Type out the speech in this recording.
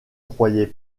croyait